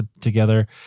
together